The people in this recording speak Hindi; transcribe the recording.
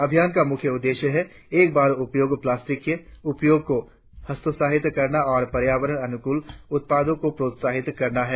अभियान का मुख्य उद्देश्य एक बार उपयोग प्लास्टिक के उपयोग को हतोत्साहित करना और पर्यावरण अनुकूल उत्पादों को प्रत्साहित करना है